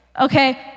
okay